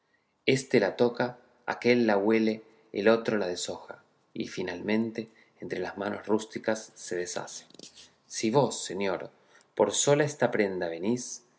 éste la toca aquél la huele el otro la deshoja y finalmente entre las manos rústicas se deshace si vos señor por sola esta prenda venís